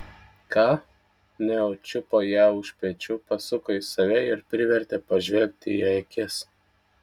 ką neo čiupo ją už pečių pasuko į save ir privertė pažvelgti į akis